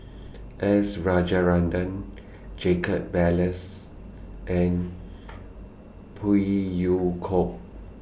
S Rajaratnam Jacob Ballas and Phey Yew Kok